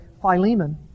Philemon